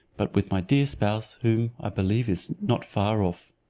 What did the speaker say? but with my dear spouse, who, i believe, is not far off.